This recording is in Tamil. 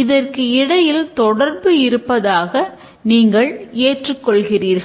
இதற்கு இடையில் தொடர்பு இருப்பதாக நீங்கள் ஏற்றுக்கொள்கிறீர்கள்